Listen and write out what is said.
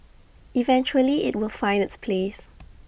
eventually IT will find its place